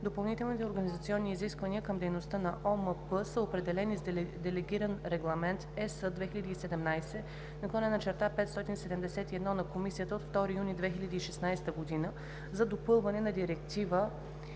Допълнителните организационни изисквания към дейността на ОМП са определени с Делегиран регламент (ЕС) 2017/571 на Комисията от 2 юни 2016 година за допълване на Директива